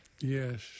Yes